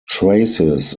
traces